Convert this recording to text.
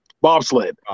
bobsled